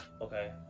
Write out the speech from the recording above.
Okay